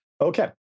Okay